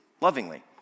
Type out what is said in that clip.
lovingly